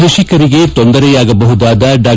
ಕೃಷಿಕರಿಗೆ ತೊಂದರೆಯಾಗಬಹುದಾದ ಡಾ